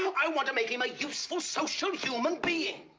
i want to make him a useful social human being!